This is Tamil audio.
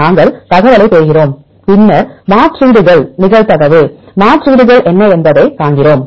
நாங்கள் தகவலைப் பெறுகிறோம் பின்னர் மாற்றீடுகள் நிகழ்தகவு மாற்றீடுகள் என்ன என்பதைக் காண்கிறோம்